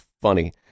funny